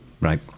Right